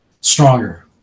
stronger